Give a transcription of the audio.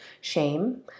shame